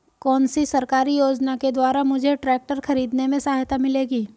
कौनसी सरकारी योजना के द्वारा मुझे ट्रैक्टर खरीदने में सहायता मिलेगी?